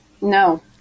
No